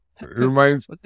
reminds